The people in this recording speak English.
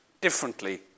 differently